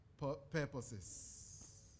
purposes